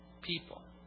people